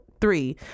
three